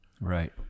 Right